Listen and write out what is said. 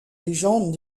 légendes